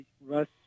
Russ